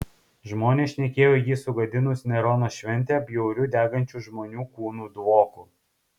žmonės šnekėjo jį sugadinus nerono šventę bjauriu degančių žmonių kūnų dvoku